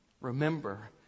Remember